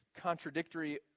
contradictory